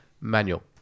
Manual